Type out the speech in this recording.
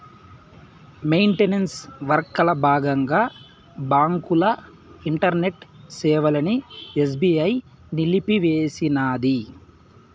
maintenance వర్కల బాగంగా బాంకుల ఇంటర్నెట్ సేవలని ఎస్బీఐ నిలిపేసినాది